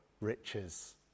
riches